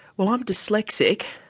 well i'm dyslexic,